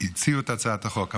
שהציעו את הצעת החוק.